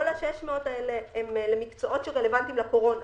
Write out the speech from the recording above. כל ה-600 האלה הם מקצועות שרלוונטיים לקורונה,